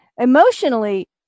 emotionally